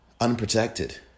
unprotected